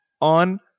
on